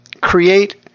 create